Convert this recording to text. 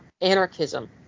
anarchism